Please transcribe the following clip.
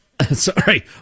Sorry